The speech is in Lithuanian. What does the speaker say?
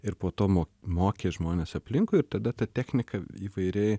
ir po to mo mokė žmones aplinkui ir tada ta technika įvairiai